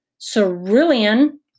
Cerulean